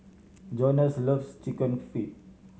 Jonas loves Chicken Feet